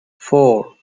four